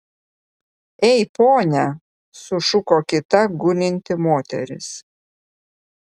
ei pone sušuko kita gulinti moteris